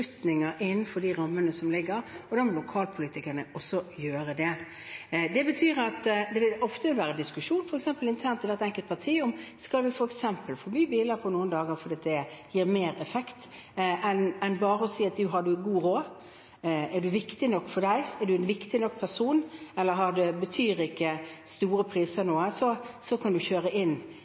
innenfor de rammene som ligger der, og da må lokalpolitikerne også gjøre det. Det betyr at det ofte vil være diskusjon internt i hvert enkelt parti f.eks. om man skal forby biler på noen dager fordi det gir mer effekt, eller om man bare skal si at hvis man har god råd, og det er viktig nok for den enkelte, eller hvis man er en viktig nok person, eller hvis høye priser ikke betyr noe, så kan man kjøre inn